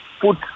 put